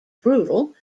brutal